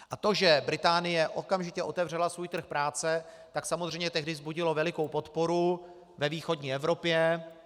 A to, že Británie otevřela svůj trh práce, samozřejmě tehdy vzbudilo velikou podporu ve východní Evropě.